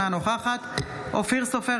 אינה נוכחת אופיר סופר,